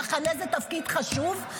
"במחנה" זה תפקיד חשוב,